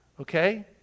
Okay